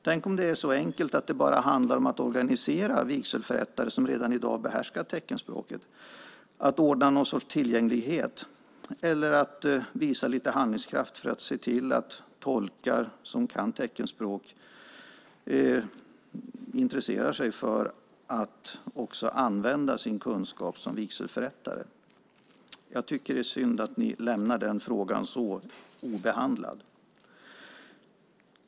Tänk om det är så enkelt att det bara handlar om att organisera vigselförrättare som redan i dag behärskar teckenspråket, att ordna någon sorts tillgänglighet eller att visa lite handlingskraft när det gäller att se till att tolkar som kan teckenspråk intresserar sig för att som vigselförrättare också använda sin kunskap! Jag tycker att det är synd att ni lämnar den frågan så obehandlad.